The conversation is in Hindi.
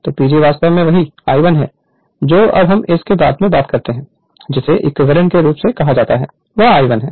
तोPG वास्तव में वही I1 है जो अब इस के बाद बहता है जिसे इक्विवेलेंट के रूप में कहा जाता है वह I1 है